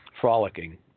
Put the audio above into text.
frolicking